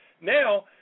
Now